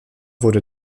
wurde